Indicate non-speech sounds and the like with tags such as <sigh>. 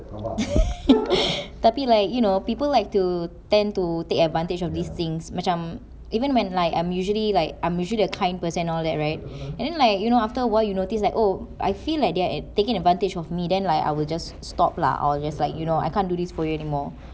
<laughs> tapi like you know people like to tend to take advantage of these things macam even when like I'm usually like I'm usually a kind person and all that right and then like you know after awhile you notice like oh I feel like they are at~ taking advantage of me then like I will just stop lah or just like you know I can't do this for you anymore